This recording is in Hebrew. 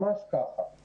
ממש כך.